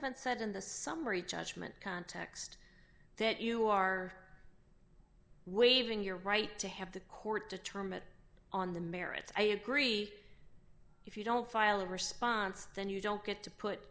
haven't said in the summary judgment context that you are waving your right to have the court determine on the merits i agree if you don't file a response then you don't get to put